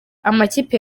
amakipe